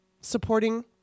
supporting